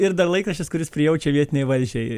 ir dar laikraštis kuris prijaučia vietinei valdžiai